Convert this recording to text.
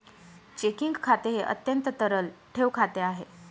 checking खाते हे अत्यंत तरल ठेव खाते आहे